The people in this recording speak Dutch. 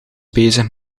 bezig